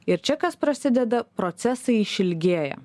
ir čia kas prasideda procesai išilgėja